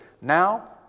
Now